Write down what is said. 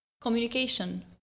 communication